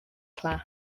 class